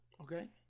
Okay